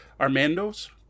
Armando's